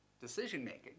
decision-making